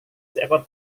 seekor